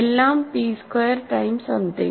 എല്ലാം p square times something